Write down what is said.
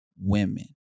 women